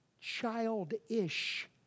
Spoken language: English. Childish